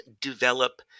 develop